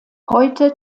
heute